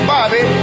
Bobby